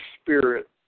Spirit